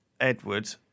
Edward